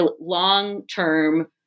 long-term